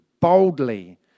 boldly